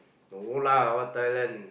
no lah what Thailand